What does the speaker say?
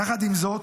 זאת,